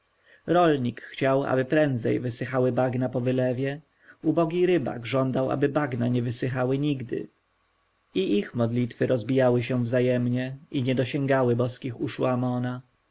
rolnik chciał aby prędzej wysychały bagna po wylewie ubogi rybak żądał by bagna nie wysychały nigdy i ich modły rozbijały się wzajemnie i nie dosięgły boskich uszu